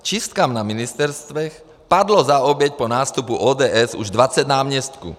Čistkám na ministerstvech padlo za oběť po nástupu ODS už 20 náměstků.